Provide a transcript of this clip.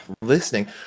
listening